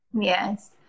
Yes